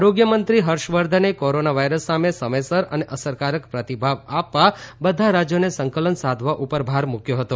આરોગ્યમંત્રી હર્ષવર્ધને corona virus સામે સમયસર અને અસરકારક પ્રતિભાવ આપવા બધા રાજ્યોને સંકલન સાધવા ઉપર ભાર મૂક્યો હતો